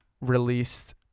released